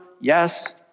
Yes